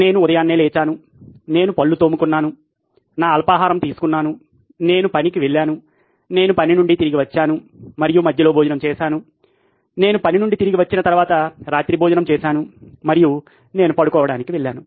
నేను ఉదయాన్నే నిద్రలేచాను నేను పళ్ళు తోముకున్నాను నా అల్పాహారం తీసుకున్నాను నేను పనికి వెళ్ళాను నేను పని నుండి తిరిగి వచ్చాను మరియు మధ్యలో భోజనం చేశాను నేను పని నుండి తిరిగి వచ్చిన తరువాత రాత్రి భోజనం చేశాను మరియు నేను పడుకోవడానికి వెళ్ళాను